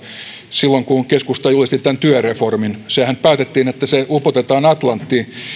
silloin kun keskusta julisti tämän työreformin sehän päätettiin että se upotetaan atlanttiin